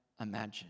imagine